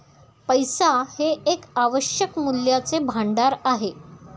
पैसा हे एक आवश्यक मूल्याचे भांडार आहे